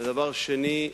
דבר שני,